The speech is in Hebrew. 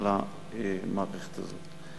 למערכת הזאת.